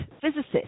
physicist